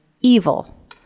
evil